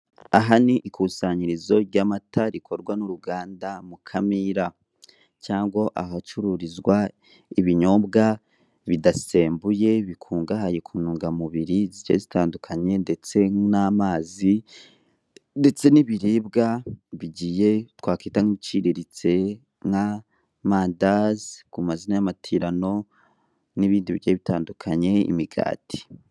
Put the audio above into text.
Aha ni ikusanyirizo ry'amata rikorwa n'uruganda Mukamira cyangwa ahacururizwa ibinyobwa bidasembuye bikungahaye ku ntungamubiri zigiye zitandukanye ndetse n'amazi ndetse n'ibiribwa bigiye, twakwita nk'ibiciriritse nk'amandazi ku mazina y'amatirano n'ibindi bigiye bitandukanye, imikati.